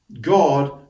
God